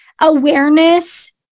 awareness